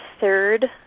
third